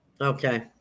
Okay